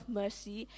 mercy